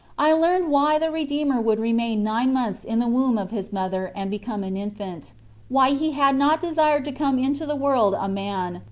i learned why the redeemer would remain nine months in the womb of his mother and become an infant why he had not desired to come into the world a man,